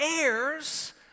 heirs